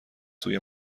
سوی